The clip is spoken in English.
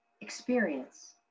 experience